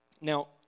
now